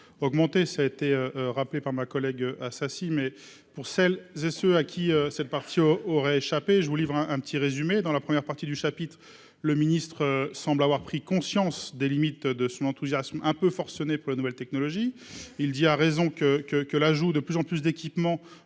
augmenter ça été rappelé par ma collègue assassiné, mais pour celles et ceux à qui cette partie au aurait échappé, je vous livre un un petit résumé dans la première partie du chapitre le ministre semble avoir pris conscience des limites de son enthousiasme un peu forcenés pour la nouvelle technologie, il dit à raison que que que l'ajout de plus en plus d'équipements